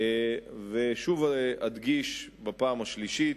ושוב אדגיש, בפעם השלישית,